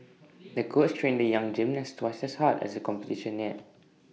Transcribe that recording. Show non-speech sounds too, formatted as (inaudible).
(noise) the coach trained the young gymnast twice as hard as the competition neared